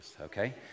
okay